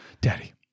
Daddy